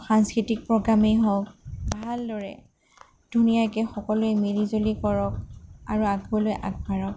সাংস্কৃতিক প্ৰগামেই হওঁক ভালদৰে ধুনীয়াকৈ সকলোৱে মিলিজুলি কৰক আৰু আগলৈ আগবাঢ়ক